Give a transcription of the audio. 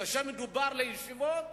כאשר מדובר בישיבות,